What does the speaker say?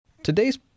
Today's